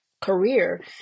career